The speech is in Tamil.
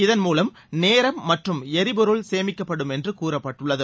இதன் மூலம் நேரம் மற்றும் ளரிபொருள் சேமிக்கப்படும் என்றுகூறப்பட்டுள்ளது